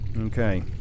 Okay